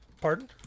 Pardon